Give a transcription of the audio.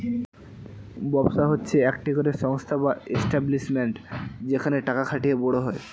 ব্যবসা হচ্ছে একটি করে সংস্থা বা এস্টাব্লিশমেন্ট যেখানে টাকা খাটিয়ে বড় হয়